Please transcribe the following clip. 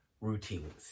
routines